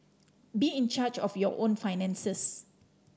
be in charge of your own finances